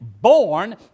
born